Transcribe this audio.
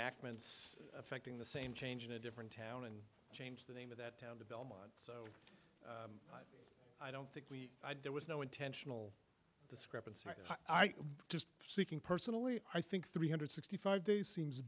accidents affecting the same change in a different town and changed the name of that town to belmont so i don't think we had there was no intentional i just speaking personally i think three hundred sixty five days seems